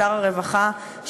משר הרווחה,